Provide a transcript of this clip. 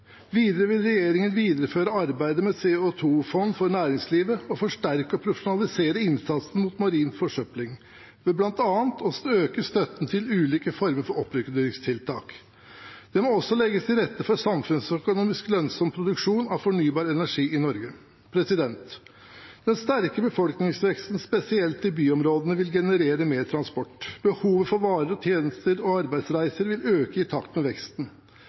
Videre vil regjeringen videreføre arbeidet med CO 2 -fond for næringslivet og forsterke og profesjonalisere innsatsen mot marin forsøpling ved bl.a. å øke støtten til ulike former for oppryddingstiltak. Det må også legges til rette for samfunnsøkonomisk lønnsom produksjon av fornybar energi i Norge. Den sterke befolkningsveksten, spesielt i byområdene, vil generere mer transport. Behovet for varer, tjenester og arbeidsreiser vil øke i takt med veksten.